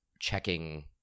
checking